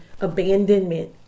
abandonment